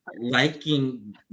liking